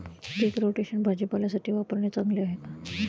पीक rotation भाजीपाल्यासाठी वापरणे चांगले आहे का?